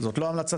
"זאת לא המלצתנו".